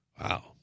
Wow